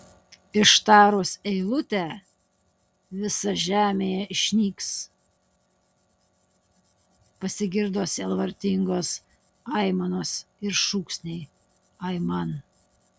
ištarus eilutę visa žemėje išnyks pasigirdo sielvartingos aimanos ir šūksniai aiman